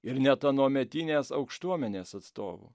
ir net anuometinės aukštuomenės atstovų